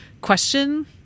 question